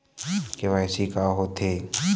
KYC का होथे?